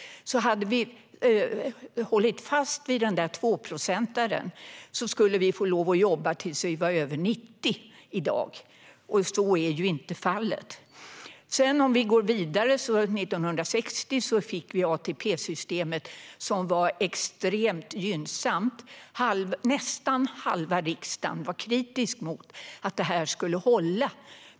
Hade vi hållit fast vid dessa 2 procent skulle vi få lov att jobba tills vi är över 90 år nu. Så är inte fallet. År 1960 fick vi ATP-systemet, som var extremt gynnsamt. Nästan halva riksdagen var kritisk till att det skulle hålla.